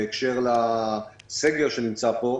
בשל הסגר שנמצא פה,